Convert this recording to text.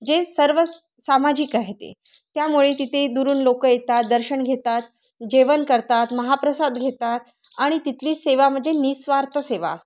जे सर्व सामाजिक आहे ते त्यामुळे तिथे दुरून लोक येतात दर्शन घेतात जेवण करतात महाप्रसाद घेतात आणि तिथली सेवा म्हणजे निःस्वार्थ सेवा असतात